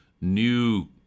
new